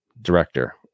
director